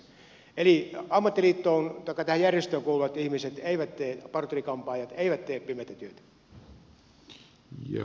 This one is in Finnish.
eli tähän järjestöön kuuluvat parturi kampaajat eivät tee pimeätä työtä